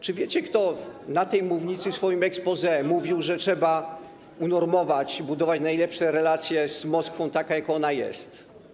Czy wiecie, kto na tej mównicy w swoim exposé mówił, że trzeba unormować, budować najlepsze relacje z Moskwą, taką, jaka ona jest?